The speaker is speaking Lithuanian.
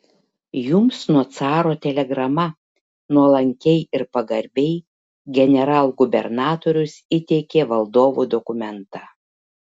jums nuo caro telegrama nuolankiai ir pagarbiai generalgubernatorius įteikė valdovo dokumentą